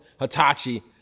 Hitachi